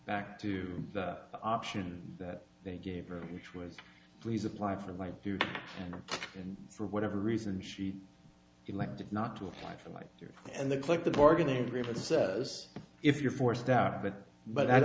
back to the option that they gave her which was please apply for life if you can for whatever reason she elected not to apply for like you and the click the bargaining agreement says if you're forced out of it but i'd